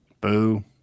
Boo